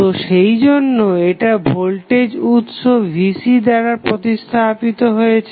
তো সেইজন্য এটা ভোল্টেজ উৎস Vc দ্বারা প্রতিস্থাপিত হয়েছে